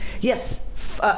Yes